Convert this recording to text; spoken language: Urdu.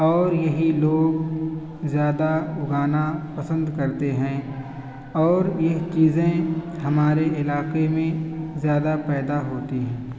اور یہی لوگ زیادہ اگانا پسند کرتے ہیں اور یہ چیزیں ہمارے علاقے میں زیادہ پیدا ہوتی ہیں